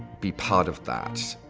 be part of that,